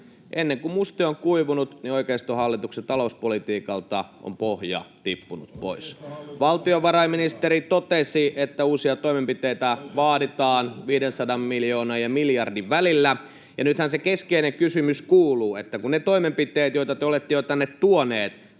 ennen kuin muste on kuivunut, oikeistohallituksen talouspolitiikalta on pohja tippunut pois. Valtiovarainministeri totesi, että uusia toimenpiteitä vaaditaan 500 miljoonan ja miljardin välillä, ja nythän se keskeinen kysymys kuuluu, että kun ne toimenpiteet, joita te olette jo tänne tuoneet,